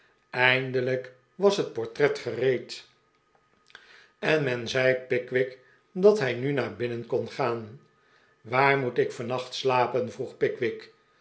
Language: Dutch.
eindelijk was het portret gereed en men zei pickwick dat hij nu naar binnen kon gaan j p waar moet ik vannacht slapen vroeg pickwick